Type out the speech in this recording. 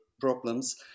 problems